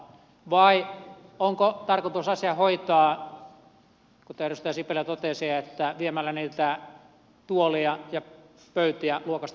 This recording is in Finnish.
vai onko tarkoitus asia hoitaa kuten edustaja sipilä totesi viemällä niitä tuoleja ja pöytiä luokasta toiseen